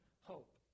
hope